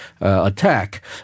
attack